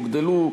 הוגדלו,